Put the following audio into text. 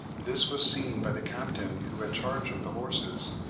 this was seen by the capitan who had charge of the horses,